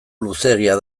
luzeegia